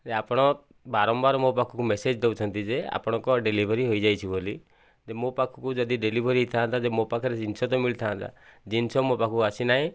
ଯେ ଆପଣ ବାରମ୍ବାର ମୋ ପାଖକୁ ମେସେଜ୍ ଦେଉଛନ୍ତି ଯେ ଆପଣଙ୍କର ଡେଲିଭରି ହୋଇଯାଇଛି ବୋଲି ଯେ ମୋ ପାଖକୁ ଯଦି ଡେଲିଭରି ହୋଇଥାନ୍ତା ଯେ ମୋ ପାଖରେ ଜିନିଷ ତ ମିଳିଥାନ୍ତା ଜିନିଷ ମୋ ପାଖକୁ ଆସିନାହିଁ